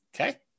Okay